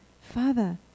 Father